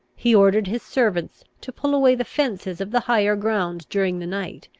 he ordered his servants to pull away the fences of the higher ground during the night,